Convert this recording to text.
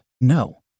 No